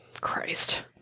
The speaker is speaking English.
Christ